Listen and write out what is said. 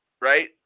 Right